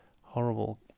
horrible